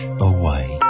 away